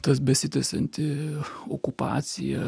tas besitęsianti okupacija